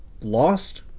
lost